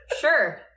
sure